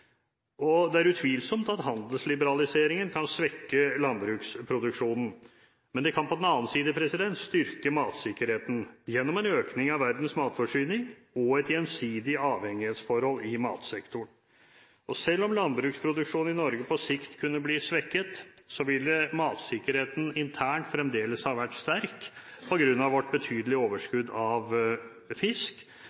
Det er utvilsomt at handelsliberaliseringen kan svekke landbruksproduksjonen, men det kan på den annen side styrke matsikkerheten gjennom en økning av verdens matforsyning og et gjensidig avhengighetsforhold i matsektoren. Selv om landbruksproduksjonen i Norge på sikt kunne bli svekket, ville matsikkerheten internt fremdeles ha vært sterk på grunn av vårt betydelige